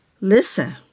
Listen